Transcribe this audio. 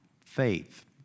faith